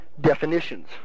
definitions